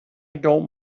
don’t